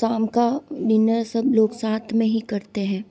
शाम का डिनर सब लोग साथ में ही करते हैं